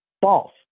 false